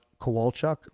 kowalchuk